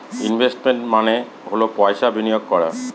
investment মানে হল পয়সা বিনিয়োগ করা